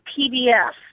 PDF